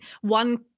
one